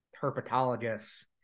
herpetologists